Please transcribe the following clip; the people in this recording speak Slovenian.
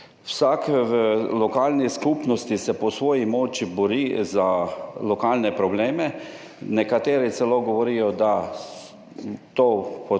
Vsak v lokalni skupnosti se po svoji moči bori za lokalne probleme. Nekateri celo govorijo, da to potem